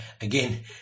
again